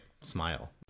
smile